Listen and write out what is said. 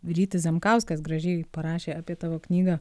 rytis zemkauskas gražiai parašė apie tavo knygą